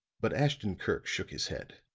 but ashton-kirk shook his head.